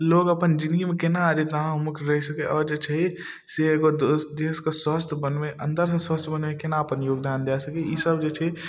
लोक अपन जिनगीमे कोना रहि सकैए आओर जे छै से एगो दोस देशके स्वस्थ बनबै अन्दरसँ स्वस्थ बनबै कोना अपन योगदान दऽ सकै ईसब जे छै